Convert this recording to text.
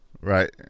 Right